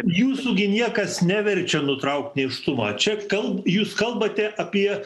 jūsų gi niekas neverčia nutraukt nėštumą čia kal jūs kalbate apie